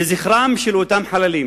לזכרם של אותם חללים